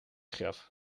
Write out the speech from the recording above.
graf